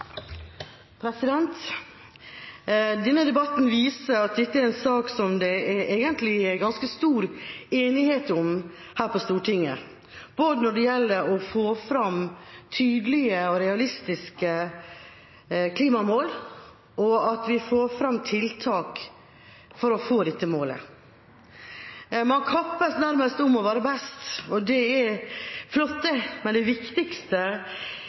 verda. Denne debatten viser at dette er en sak som det egentlig er ganske stor enighet om her på Stortinget, både når det gjelder å få fram tydelige og realistiske klimamål, og å få fram tiltak for å nå dette målet. Man kappes nærmest om å være best. Det er flott, men det viktigste